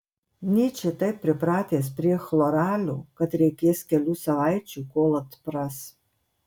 nyčė taip pripratęs prie chloralio kad reikės kelių savaičių kol atpras